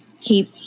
keep